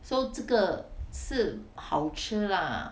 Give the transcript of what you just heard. so 这个是好吃 lah